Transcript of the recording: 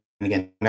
again